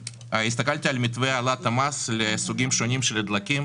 הסתכלתי על מתווה העלאת המס לסוגים שונים של דלקים